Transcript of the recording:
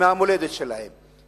מהמולדת שלהם.